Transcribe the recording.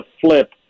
flip